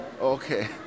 Okay